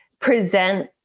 present